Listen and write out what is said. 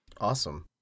Awesome